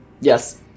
Yes